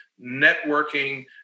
networking